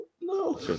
no